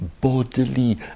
bodily